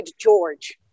George